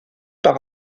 par